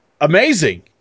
amazing